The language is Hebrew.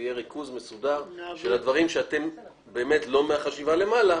ויהיה ריכוז מסודר של הדברים שאתם באמת לא מהחשיבה למעלה,